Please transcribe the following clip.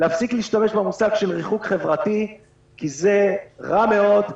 להפסיק להשתמש במושג "ריחוק חברתי" כי זה רע מאוד.